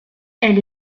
elle